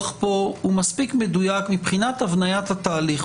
פה הוא מספיק מדויק מבחינת הבניית התהליך.